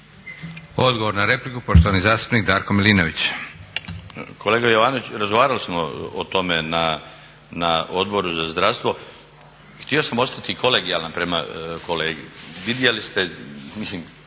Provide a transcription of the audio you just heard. Odgovor na repliku, poštovani zastupnik Darko Milinović. **Milinović, Darko (HDZ)** Kolega Jovanović, razgovarali smo o tome na Odboru za zdravstvo. Htio sam ostati kolegijalan prema kolegi. Vidjeli ste, mislim